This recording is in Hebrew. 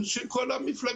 ושל כל המפלגות,